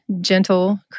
gentle